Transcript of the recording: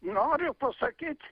noriu pasakyt